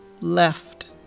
left